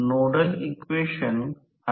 तर रोटर ला त्याचे इनपुट असेल